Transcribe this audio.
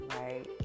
right